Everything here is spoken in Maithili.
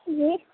जी